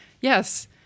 Yes